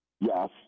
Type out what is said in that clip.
Yes